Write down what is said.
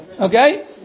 Okay